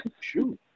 Shoot